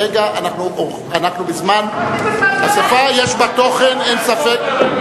כרגע אנחנו בזמן, יש בה תוכן, אין ספק.